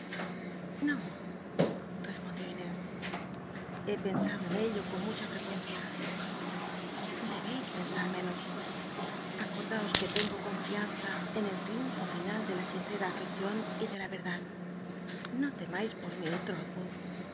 ió inés he pensado en ello con mucha frecuencia debéis pensar menos acordaos que tengo confianza en el triunfo final de la sincera afcccion y de la yerdad no tcmais por mi